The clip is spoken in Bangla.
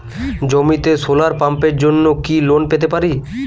জমিতে সোলার পাম্পের জন্য কি লোন পেতে পারি?